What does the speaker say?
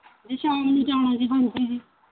ਜੇ ਸ਼ਾਮ ਨੂੰ ਜਾਣਾ ਜੀ ਹਾਂਜੀ ਜੀ